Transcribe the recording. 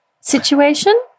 situation